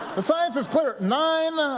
the science is clear. nine